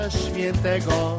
świętego